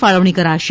ફાળવણી કરાશે